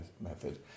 method